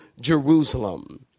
Jerusalem